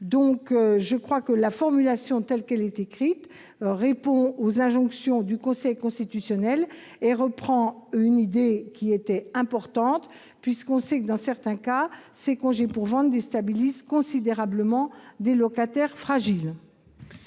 donc que la formulation du présent amendement répond aux injonctions du Conseil constitutionnel, tout en reprenant une idée qui est importante, puisque l'on sait que, dans certains cas, ces congés pour vente déstabilisent considérablement des locataires fragiles.